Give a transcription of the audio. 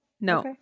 No